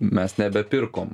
mes nebepirkom